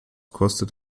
kostet